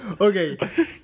Okay